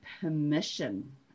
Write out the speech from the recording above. permission